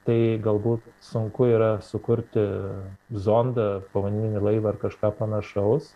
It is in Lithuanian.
tai galbūt sunku yra sukurti zondą povandeninį laivą ar kažką panašaus